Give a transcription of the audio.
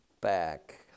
back